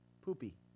poopy